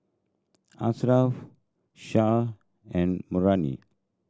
Asharaff Shah and Murni